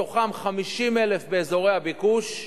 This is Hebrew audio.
מתוכן 50,000 באזורי הביקוש.